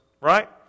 right